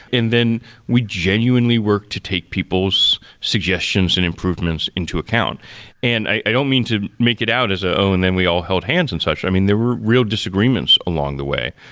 and then we genuinely work to take people's suggestions and improvements into account and i don't mean to make it out as ah own and then we all held hands and such. i mean, there were real disagreements along the way.